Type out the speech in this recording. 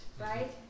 right